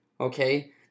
okay